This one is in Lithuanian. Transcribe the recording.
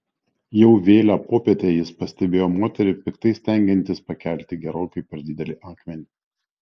jau vėlią popietę jis pastebėjo moterį piktai stengiantis pakelti gerokai per didelį akmenį